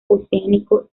oceánico